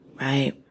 Right